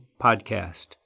podcast